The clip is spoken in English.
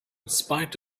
spite